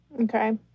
okay